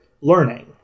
learning